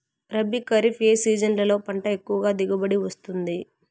రబీ, ఖరీఫ్ ఏ సీజన్లలో పంట ఎక్కువగా దిగుబడి వస్తుంది